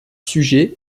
sujet